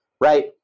right